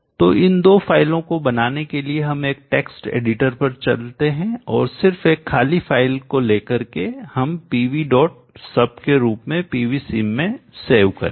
तो इन दो फ़ाइलों को बनाने के लिए हम एक टेक्स्ट एडिटर पर चलते है और सिर्फ एक खाली फाइल को लेकर हम pvsub के रूप में pvsim में सेव करेंगे